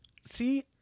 See